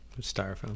styrofoam